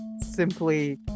simply